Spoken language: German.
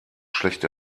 schlecht